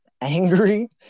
angry